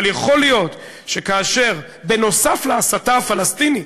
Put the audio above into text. אבל יכול להיות שכאשר נוסף על ההסתה הפלסטינית,